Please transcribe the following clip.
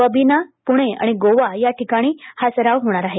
बबीना प्णेआणि गोवा या ठिकाणी हा सराव होणार आहे